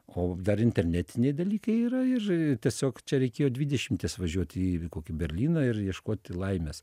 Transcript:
o dar internetiniai dalykai yra ir tiesiog čia reikėjo dvidešimties važiuoti į kokį berlyną ir ieškoti laimės